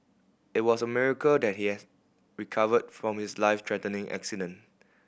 it was a miracle that he has recovered from his life threatening accident